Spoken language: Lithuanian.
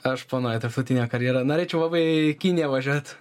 aš planuoju tarptautinę karjerą norėčiau labai į kiniją važiuot